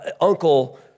uncle